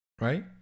right